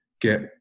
get